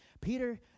Peter